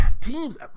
teams